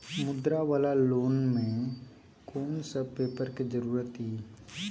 मुद्रा वाला लोन म कोन सब पेपर के जरूरत इ?